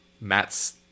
matt's